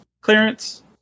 clearance